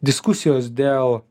diskusijos dėl